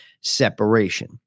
separation